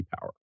power